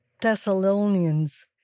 Thessalonians